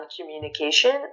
communication